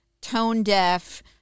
tone-deaf